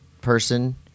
person